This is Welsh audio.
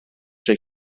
drwy